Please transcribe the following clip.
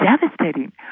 devastating